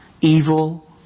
evil